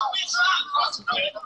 שומעים אותך וגם